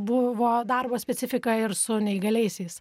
buvo darbo specifika ir su neįgaliaisiais